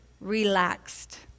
relaxed